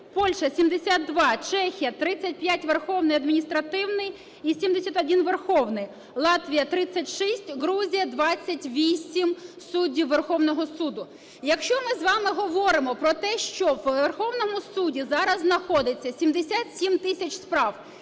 Польща – 72, Чехія – 35 верховний адміністративний і 71 – верховний, Латвія – 36, Грузія – 28 суддів Верховного Суду. Якщо ми з вами говоримо про те, що в Верховному Суді зараз знаходиться 77 тисяч справ,